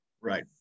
Right